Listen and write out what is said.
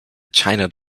china